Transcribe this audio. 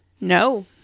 No